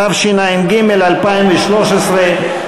התשע"ג 2013,